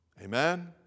Amen